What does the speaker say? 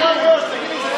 אל תפריע לי.